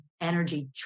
energy